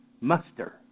muster